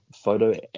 photo